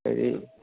হেৰি